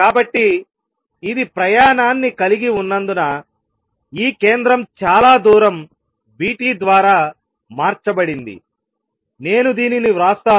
కాబట్టి ఇది ప్రయాణాన్ని కలిగి ఉన్నందున ఈ కేంద్రం చాలా దూరం v t ద్వారా మార్చబడిందినేను దీనిని వ్రాస్తాను